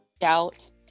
doubt